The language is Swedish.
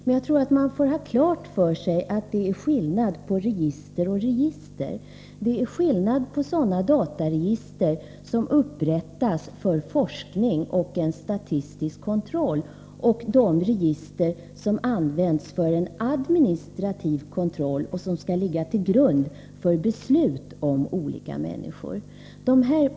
Men man får nog ha klart för sig att det är skillnad på de olika registren. Det är skillnad mellan sådana dataregister som upprättas för forskning och statistisk kontroll och sådana som används för en administrativ kontroll och som skall ligga till grund för beslut om olika människor.